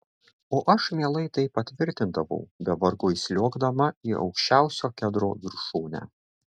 o aš mielai tai patvirtindavau be vargo įsliuogdama į aukščiausio kedro viršūnę